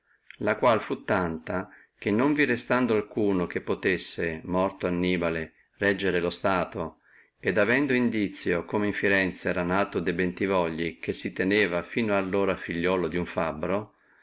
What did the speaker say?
la quale fu tanta che non restando di quella alcuno in bologna che potessi morto annibale reggere lo stato et avendo indizio come in firenze era uno nato de bentivogli che si teneva fino allora figliuolo di uno fabbro